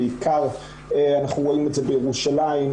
בעיקר אנחנו רואים את זה בירושלים,